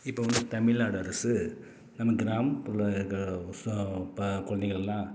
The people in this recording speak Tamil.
இப்போ வந்து தமிழ்நாடு அரசு நம்ம கிராமப்புறம் இருக்கிற சொ ப குழந்தைங்களுக்குலாம்